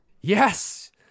Yes